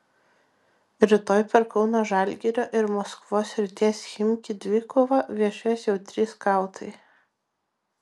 rytoj per kauno žalgirio ir maskvos srities chimki dvikovą viešės jau trys skautai